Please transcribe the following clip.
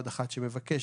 עוד אחת שמבקשת,